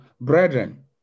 brethren